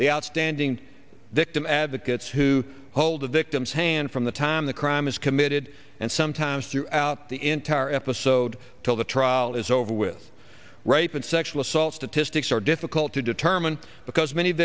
the outstanding victim advocates who hold a victim's hand from the time the crime is committed and sometimes throughout the entire episode till the trial is over with rape and sexual assault statistics are difficult to determine because many